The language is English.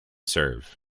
serve